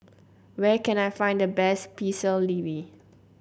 where can I find the best Pecel Lele